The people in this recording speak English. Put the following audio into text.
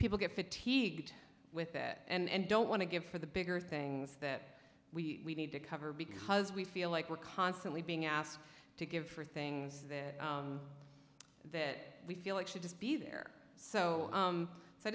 people get fatigued with that and don't want to give for the bigger things that we need to cover because we feel like we're constantly being asked to give for things that that we feel like should just be there so